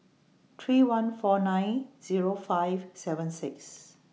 three one four nine Zero five seven six